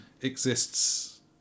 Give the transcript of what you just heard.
exists